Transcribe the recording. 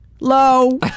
low